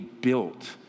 built